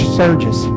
surges